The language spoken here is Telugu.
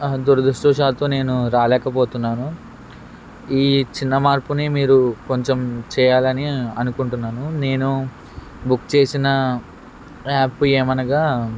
దురదృష్టవశాత్తు నేను రాలేకపోతున్నాను ఈ చిన్న మార్పుని మీరు కొంచెం చేయాలని అనుకుంటున్నాను నేను బుక్ చేసిన యాప్ ఏమనగా